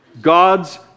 God's